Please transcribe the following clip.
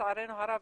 שלצערנו הרב,